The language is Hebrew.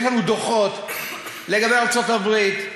יש לנו דוחות לגבי ארצות-הברית,